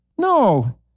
No